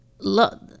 Look